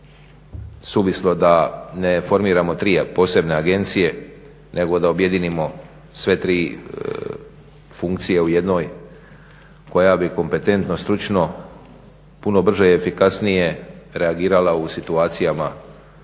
suvislo da ne formiramo tri posebne agencije, nego da objedinimo sve tri funkcije u jednoj koja bi kompetentno, stručno, puno brže i efikasnije reagirala u situacijama